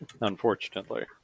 Unfortunately